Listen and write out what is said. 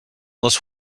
les